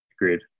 Agreed